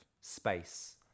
space